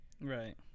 Right